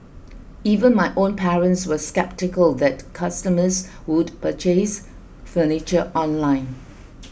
even my own parents were sceptical that customers would purchase furniture online